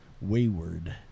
wayward